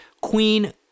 Queen